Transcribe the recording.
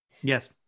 Yes